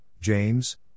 James